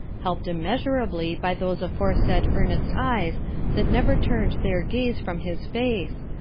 helped immeasurably by those aforesaid earnest eyes that never turned their gaze from his face,